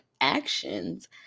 actions